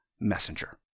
Messenger